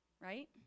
Right